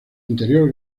interior